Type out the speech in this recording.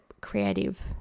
creative